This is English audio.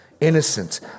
Innocent